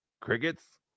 Crickets